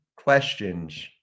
questions